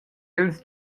els